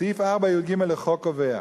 סעיף 4יג לחוק קובע